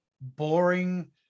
boring